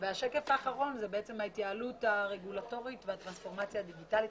השקף האחרון הוא ההתייעלות הרגולטורית והטרנספורמציה הדיגיטלית.